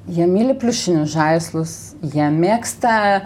jie myli pliušinius žaislus jie mėgsta